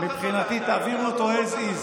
מבחינתי תעביר אותו as is.